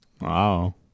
Wow